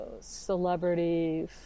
celebrity